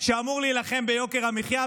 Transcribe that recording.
שאמור להילחם ביוקר המחיה,